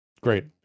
Great